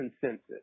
consensus